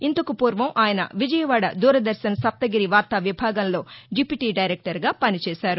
ఇంతకు పూర్వం ఆయన విజయవాడ దూరదర్భన్ సప్తగిరి వార్తా విభాగంలో డిప్యూటీ డైరెక్టర్గా పని చేశారు